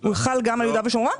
הוא חל גם על יהודה ושומרון?